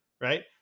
right